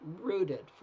rooted